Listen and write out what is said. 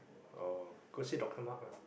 oh go see doctor Mark lah